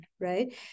right